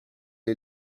est